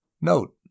Note